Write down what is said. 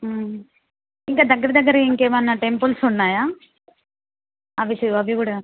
ఇంకా దగ్గర దగ్గర ఇంకేమన్నా టెంపుల్స్ ఉన్నాయా అవి చూ అవి కూడా